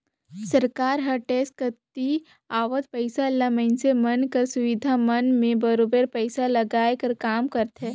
सरकार हर टेक्स कती आवक पइसा ल मइनसे मन कर सुबिधा मन में बरोबेर पइसा लगाए कर काम करथे